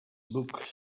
books